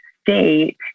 state